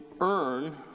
earn